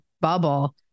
bubble